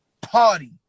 party